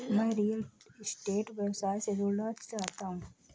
मैं real estate व्यवसाय से जुड़ना चाहता हूँ